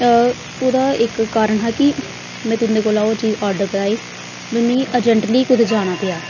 ओह्दा इक कारण हा कि मै तुं'दे कोला ओह् चीज ऑर्डर कराई पर मिगी अर्जेंटली कुदै जाना पेआ